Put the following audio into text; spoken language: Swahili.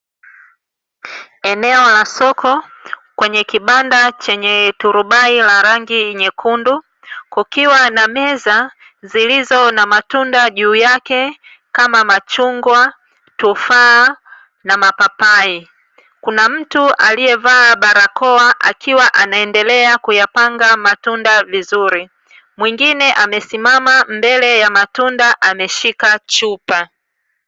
Eneo la soko, kwenye kibanda chenye turubai la rangi nyekundu, kukiwa na meza zilizo na matunda juu yake kama: machungwa, tufaa na mapapai, kuna mtu aliyevaa barakoa akiwa anaendelea kuyapanga matunda vizuri, mwingine amesimama mbele ya matunda ameshika chupa.